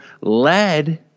led